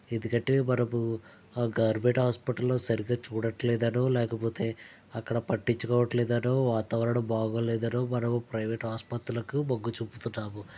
ఎందుకంటే మనము ఆ గవవర్నమెంట్ హాస్పిటల్లో సరిగా చూడట్లేలేదనో లేకపోతే అక్కడ పట్టించుకోవట్లేదనో వాతావరణం బాగోలేదనో మనము ప్రైవేట్ ఆస్పత్రులకు మగ్గు చూపుతున్నాము